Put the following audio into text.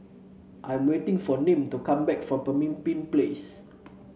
I'm waiting for Nim to come back from Pemimpin Place